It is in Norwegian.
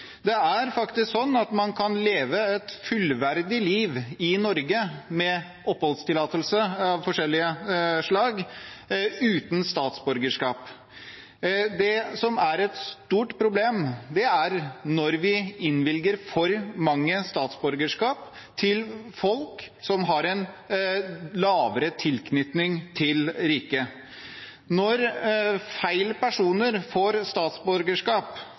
Det er faktisk slik at man kan leve et fullverdig liv i Norge med oppholdstillatelse av forskjellige slag uten statsborgerskap. Det som er et stort problem, er når vi innvilger for mange statsborgerskap til folk som har en svakere tilknytning til riket. Når feil personer får statsborgerskap